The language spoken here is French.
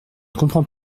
comprends